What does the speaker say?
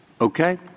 Okay